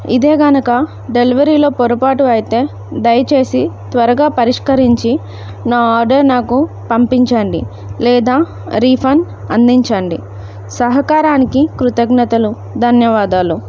ఇదే కనుక డెలివరీలో పొరపాటు అయితే దయచేసి త్వరగా పరిష్కరించి నా ఆర్డర్ నాకు పంపించండి లేదా రీఫండ్ అందించండి సహకారానికి కృతజ్ఞతలు ధన్యవాదాలు